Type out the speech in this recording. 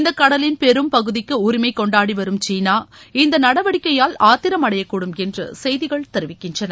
இந்த கடலின் பெரும் பகுதிக்கு உரிமை கொண்டாடிவரும் சீனா இந்த நடவடிக்கையால் ஆத்திரம் அடையக்கூடும் என்று செய்திகள் தெரிவிக்கின்றன